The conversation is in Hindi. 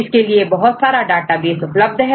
इसके लिए बहुत सारा डेटाबेस उपलब्ध है